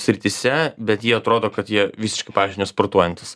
srityse bet jie atrodo kad jie visiškai pavyzdžiui nesportuojantys